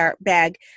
bag